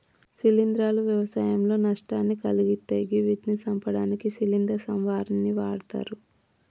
శిలీంద్రాలు వ్యవసాయంలో నష్టాలను కలిగిత్తయ్ గివ్విటిని సంపడానికి శిలీంద్ర సంహారిణిని వాడ్తరు